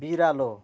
बिरालो